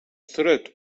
trött